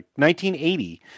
1980